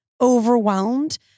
overwhelmed